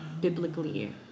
biblically